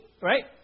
right